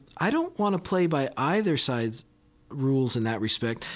i don't want to play by either side's rules in that respect,